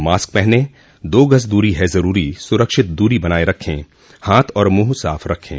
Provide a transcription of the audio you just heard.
mask पहनें दो गज़ दूरी है ज़रूरी सुरक्षित दूरी बनाए रखें हाथ और मुंह साफ रखें